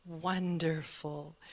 Wonderful